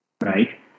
right